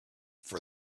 for